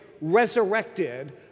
resurrected